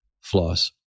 floss